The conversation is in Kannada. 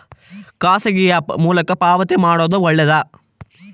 ಖಾಸಗಿ ಆ್ಯಪ್ ಮೂಲಕ ಪಾವತಿ ಮಾಡೋದು ಒಳ್ಳೆದಾ?